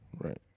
Right